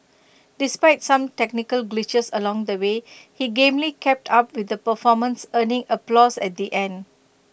despite some technical glitches along the way he gamely kept up with the performance earning applause at the end